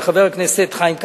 של חבר הכנסת חיים כץ,